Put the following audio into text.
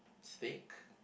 steak